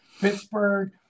pittsburgh